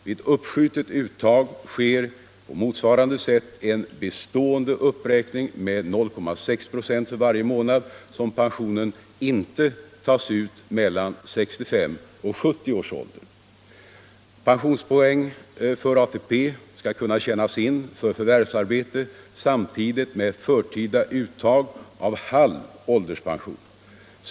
Vid uppskjutet uttag sker på motsvarande sätt en bestående uppräkning med 0,6 96 för varje månad som pension inte tas ut mellan 65 och 70 års ålder. Pensionspoäng för ATP skall kunna tjänas in för förvärvsarbete samtidigt med förtida uttag av halv ålderspension.